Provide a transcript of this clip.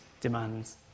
demands